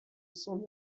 cents